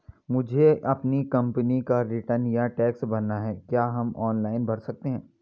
मुझे अपनी कंपनी का रिटर्न या टैक्स भरना है क्या हम ऑनलाइन भर सकते हैं?